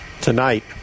tonight